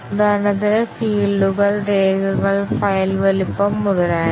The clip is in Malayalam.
ഉദാഹരണത്തിന് ഫീൽഡുകൾ രേഖകൾ ഫയൽ വലുപ്പം മുതലായവ